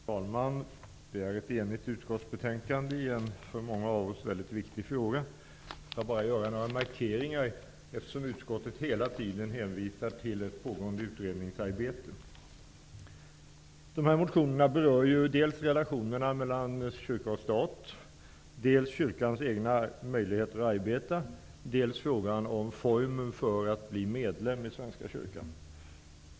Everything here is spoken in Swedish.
Herr talman! Detta är ett enigt utskottsbetänkande i en för många av oss väldigt viktig fråga. Jag vill bara göra några markeringar, eftersom utskottet hela tiden hänvisar till ett pågående utredningsarbete. De aktuella motionerna berör dels relationerna mellan kyrka och stat, dels kyrkans egna möjligheter att arbeta och dels formen för att bli medlem i Svenska kyrkan.